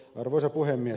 arvoisa puhemies